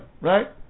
right